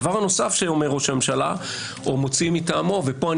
הדבר הנוסף שאומר ראש הממשלה או מוציא מטעמו פה אני